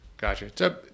Gotcha